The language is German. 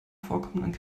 vorkommenden